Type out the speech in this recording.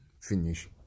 finish